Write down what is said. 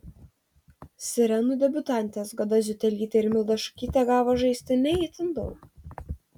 sirenų debiutantės goda ziutelytė ir milda šukytė gavo žaisti ne itin daug